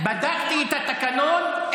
בדקתי את התקנון,